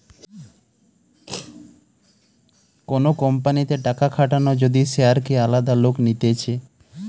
কোন কোম্পানিতে টাকা খাটানো যদি শেয়ারকে আলাদা লোক নিতেছে